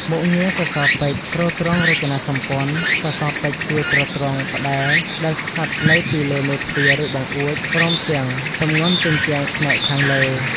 មុខងារសរសពេជ្រទ្រទ្រង់រចនាសម្ព័ន្ធ សសរពេជ្រជួយទ្រទ្រង់ ផ្តែរដែលស្ថិតនៅពីលើមេទ្វារ ឬបង្អួច ព្រមទាំងទម្ងន់ជញ្ជាំងផ្នែកខាងលើ។